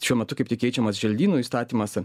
šiuo metu kaip tik keičiamas želdynų įstatymas